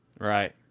Right